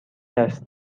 است